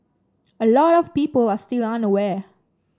a lot of people are still unaware